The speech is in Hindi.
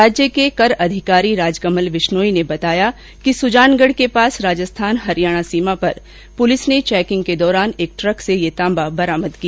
राज्य कर अधिकारी राजकमल विश्नोई ने बताया कि सुजानगढ के पास राजस्थान हरियाणा सीमा पर पुलिस ने चैकिंग के दौरान एक ट्रक से ये तांबा बरामद किया